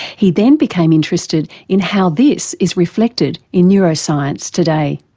he then became interested in how this is reflected in neuroscience today.